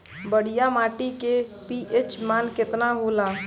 बढ़िया माटी के पी.एच मान केतना होला?